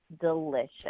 delicious